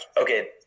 okay